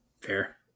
fair